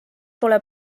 pole